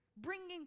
Bringing